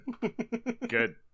Good